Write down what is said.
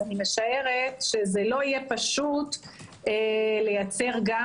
אז אני משערת שלא יהיה פשוט לייצר גם